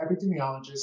epidemiologist